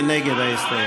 מי נגד ההסתייגות?